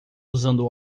usando